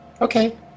Okay